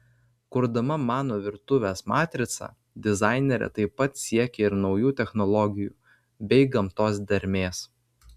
kurdama mano virtuvės matricą dizainerė taip pat siekė ir naujų technologijų bei gamtos dermės